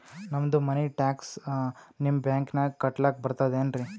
ನಮ್ದು money tax ನಿಮ್ಮ ಬ್ಯಾಂಕಿನಾಗ ಕಟ್ಲಾಕ ಬರ್ತದೇನ್ರಿ?